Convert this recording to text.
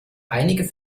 einige